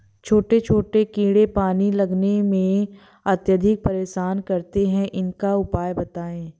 छोटे छोटे कीड़े पानी लगाने में अत्याधिक परेशान करते हैं इनका उपाय बताएं?